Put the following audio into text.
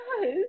no